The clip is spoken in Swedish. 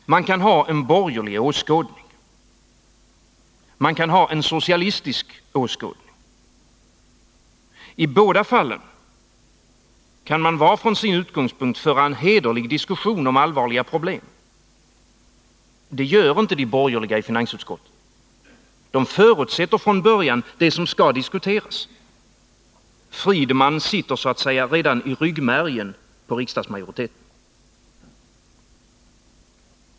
Man kan ha en borgerlig åskådning. Man kan ha en socialistisk åskådning. I båda fallen kan man, var och en från sin utgångspunkt, föra en hederlig diskussion om allvarliga problem. Det gör inte de borgerliga i finansutskottet. De förutsätter från början det som skall diskuteras. Friedman sitter så att säga redan i ryggmärgen på riksdagsmajoriteten.